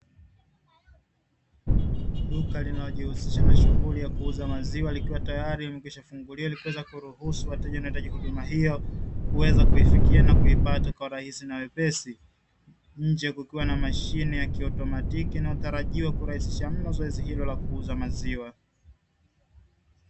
Duka linalojihusisha na shughuli ya kuuza maziwa likiwa tayari limekwishafunguliwa, ili kuweza kuruhusu wateja wanaohitaji huduma hiyo kuweza kuifikia na kuipata kwa urahisi na wepesi. Nje kukiwa na mashine ya kiautomatiki inayotarajiwa kurahisisha mno zoezi hilo la kuuza maziwa.